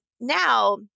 now